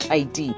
id